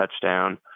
touchdown